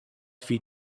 feed